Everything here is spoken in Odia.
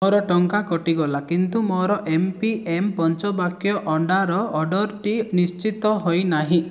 ମୋର ଟଙ୍କା କଟିଗଲା କିନ୍ତୁ ମୋର ଏମ୍ପିଏମ୍ ପଞ୍ଚବାକ୍ୟ ଅଣ୍ଡାର ଅର୍ଡ଼ର୍ଟି ନିଶ୍ଚିତ ହୋଇନାହିଁ